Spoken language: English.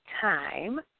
time